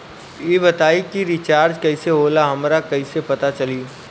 ई बताई कि रिचार्ज कइसे होला हमरा कइसे पता चली?